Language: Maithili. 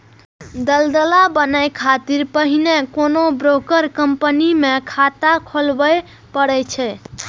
दलाल बनै खातिर पहिने कोनो ब्रोकर कंपनी मे खाता खोलबय पड़ै छै